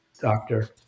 doctor